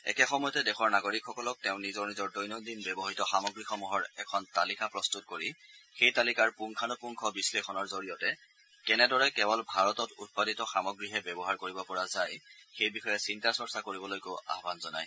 একে সময়তে দেশৰ নাগৰিকসকলক তেওঁ নিজৰ নিজৰ দৈনন্দিন ব্যৱহাত সামগ্ৰীসমূহৰ এখন তালিকা প্ৰস্তত কৰি সেই তালিকাৰ পুংখানুপুংখ বিশ্লেষণৰ জৰিয়তে কেনেদৰে কেৱল ভাৰতত উৎপাদিত সামগ্ৰীহে ব্যৱহাৰ কৰিব পৰা যায় সেই বিষয়ে চিন্তা চৰ্চা কৰিবলৈকো আহান জনায়